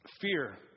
fear